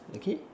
okay